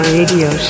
Radio